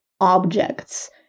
objects